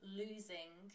losing